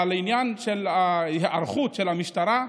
אבל לעניין ההיערכות של המשטרה,